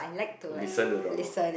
so listen to drama